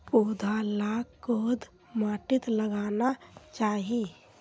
पौधा लाक कोद माटित लगाना चही?